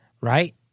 Right